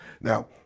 Now